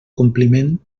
compliment